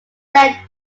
set